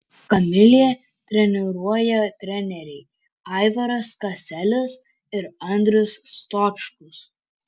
kamilę treniruoja treneriai aivaras kaselis ir andrius stočkus